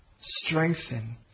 strengthen